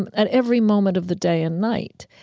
and at every moment of the day and night.